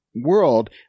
world